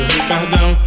Ricardão